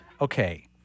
Okay